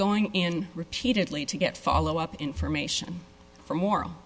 going in repeatedly to get follow up information from oral